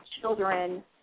children